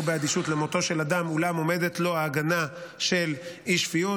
באדישות למותו של אדם אולם עומדת לו ההגנה של אי-שפיות,